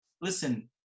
listen